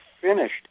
finished